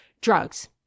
drugs